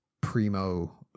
primo